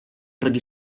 pergi